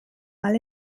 mal